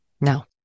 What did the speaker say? Now